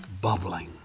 bubbling